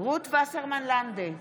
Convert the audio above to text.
רות וסרמן לנדה,